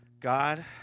God